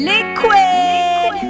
Liquid